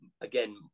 again